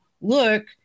look